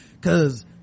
cause